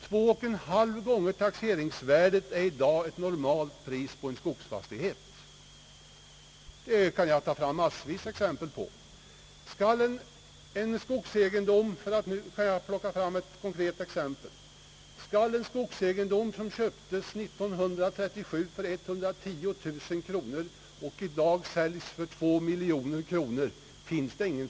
Två och en halv gånger taxeringsvärdet är i dag ett normalt pris på en skogsfastighet. Jag kan ta fram massvis med exempel på detta och skall genast ge ett konkret exempel. Finns det inte någon skattekraft när det gäller en skogsegendom, som köptes år 1937 för 110 000 kronor och i dag säljes för 2 miljoner kronor?